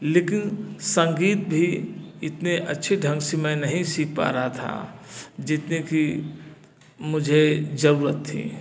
लेकिन संगीत भी इतने अच्छी ढंग से मैं नहीं सीख पा रहा था जितने की मुझे जरुरत थी